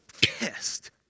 pissed